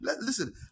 Listen